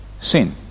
sin